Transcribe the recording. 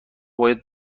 باید